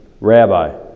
Rabbi